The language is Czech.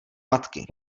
matky